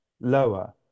lower